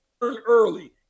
early